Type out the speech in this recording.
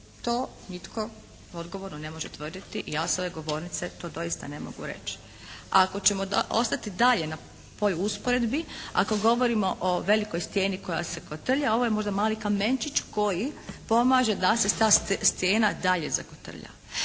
To nitko odgovorno ne može tvrditi i ja sa ove govornice to doista ne mogu reći. A ako ćemo ostati dalje na toj usporedbi, ako govorimo o velikoj stijeni koja se kotrlja ovo je možda mali kamenčić koji pomaže da se ta stijena dalje zakotrlja.